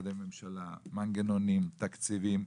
משרדי ממשלה, מנגנונים ותקציבים.